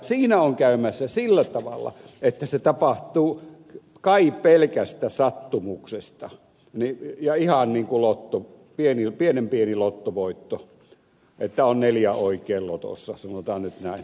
siinä on käymässä sillä tavalla että se tapahtuu kai pelkästä sattumuksesta ja on ihan niin kuin pienen pieni lottovoitto että on neljä oikein lotossa sanotaan nyt näin